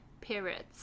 periods